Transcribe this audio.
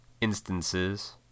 instances